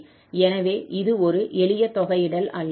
எனவே இது ஒரு எளிய தொகையிடல் அல்ல